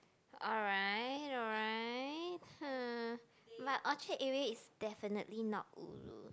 alright alright but Orchard area is definitely not ulu